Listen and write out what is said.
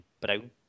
Brown